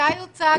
מתי הוצג